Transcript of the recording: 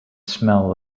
smell